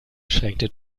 schränkte